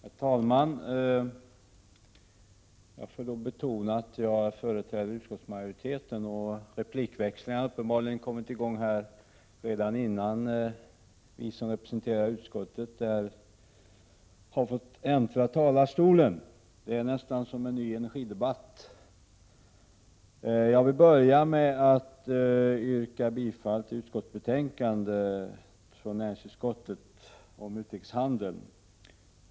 Herr talman! Jag får nog betona att jag företräder utskottsmajoriteten. Replikväxlingar har uppenbarligen kommit i gång redan innan vi som representerar utskottsmajoriteten har fått äntra talarstolen. Det är nästan som en ny energidebatt. Jag vill börja med att yrka bifall till utskottets hemställan i betänkandet från näringsutskottet om utrikeshandeln.